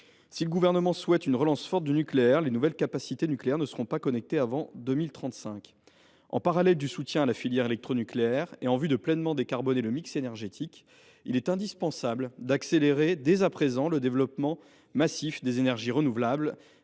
Si le Gouvernement souhaite une relance forte du nucléaire, les nouvelles capacités nucléaires ne seront pas connectées avant 2035. En parallèle du soutien à la filière électronucléaire et en vue de pleinement décarboner le mix énergétique, il est indispensable d’accélérer dès à présent le développement massif des énergies renouvelables,